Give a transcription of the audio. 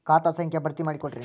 ಖಾತಾ ಸಂಖ್ಯಾ ಭರ್ತಿ ಮಾಡಿಕೊಡ್ರಿ